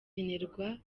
nibura